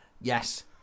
Yes